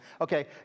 Okay